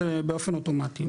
זה באופן אוטומטי,